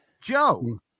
Joe